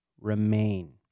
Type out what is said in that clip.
remain